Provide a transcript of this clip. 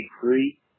three